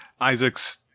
Isaac's